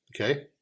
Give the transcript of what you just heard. Okay